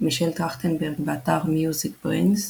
מישל טרכטנברג, באתר MusicBrainz